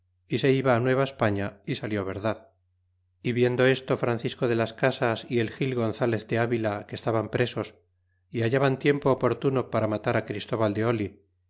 y se iba nueva españa y salió verdad y viendo esto francisco de las casas y el gil gonzalez de avila que estaban presos y hallaban tiempo oportuno para matar christóval de oli